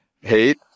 hate